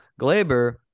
Glaber